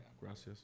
gracias